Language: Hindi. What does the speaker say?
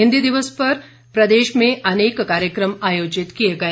हिन्दी दिवस के अवसर पर प्रदेश में अनेक कार्यक्रम आयोजित किए गए